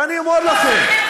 ואני אומר לכם, כי הם לא צריכים.